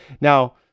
Now